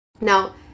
Now